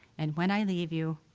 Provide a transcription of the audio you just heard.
and when i leave you,